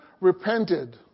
repented